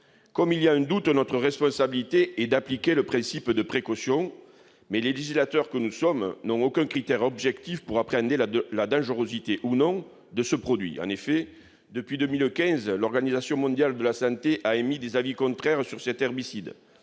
Comme il y a un doute, notre responsabilité est d'appliquer le principe de précaution, mais le législateur que nous sommes n'a aucun critère objectif pour appréhender la dangerosité ou non de ce produit. En effet, depuis 2015, l'Organisation mondiale de la santé a émis des avis contraires sur cet herbicide